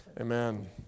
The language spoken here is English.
Amen